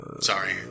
Sorry